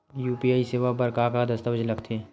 UPI सेवा बर का का दस्तावेज लगथे?